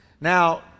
Now